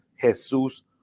Jesus